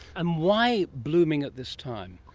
and why blooming at this time?